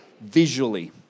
Visually